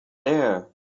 there